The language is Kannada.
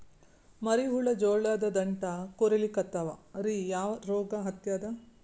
ಮರಿ ಹುಳ ಜೋಳದ ದಂಟ ಕೊರಿಲಿಕತ್ತಾವ ರೀ ಯಾ ರೋಗ ಹತ್ಯಾದ?